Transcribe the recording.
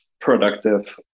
productive